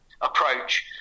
approach